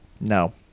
No